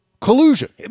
collusion